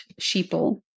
sheeple